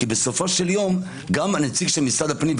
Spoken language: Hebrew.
כי בסופו של יום גם הנציג של משרד הפנים,